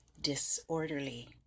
disorderly